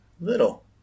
Little